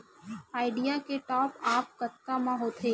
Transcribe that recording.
Idea के top आप कतका म होथे?